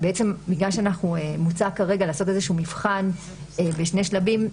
בגלל שמוצע לעשות איזשהו מבחן בשני שלבים,